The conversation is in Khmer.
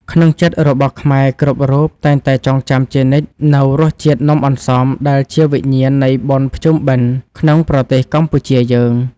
ក្នុងចិត្តរបស់ខ្មែរគ្រប់រូបតែងតែចងចាំជានិច្ចនូវរសជាតិនំអន្សមដែលជាវិញ្ញាណនៃបុណ្យភ្ជុំបិណ្ឌក្នុងប្រទេសកម្ពុជាយើង។